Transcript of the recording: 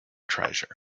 treasure